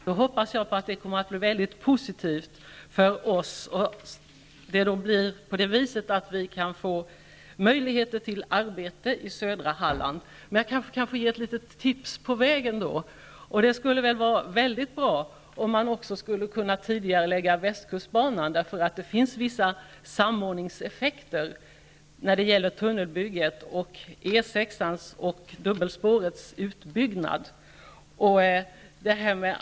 Herr talman! Då hoppas jag att det kommer att bli positivt för oss, att vi kan få jobb i södra Halland. Jag kanske får ge ett litet tips på vägen. Det skulle vara väldigt bra om man också kunde tidigarelägga projektet västkustbanan, eftersom en samordning av tunnelbygget samt E 6:ans och dubbelspårets utbyggnad skulle ge vissa effekter.